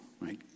Right